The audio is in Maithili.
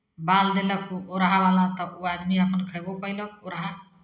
बाल देलक ओरहावला तब ओ आदमी अपन खयबो कयलक ओरहा